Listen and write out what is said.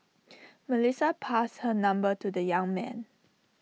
Melissa passed her number to the young man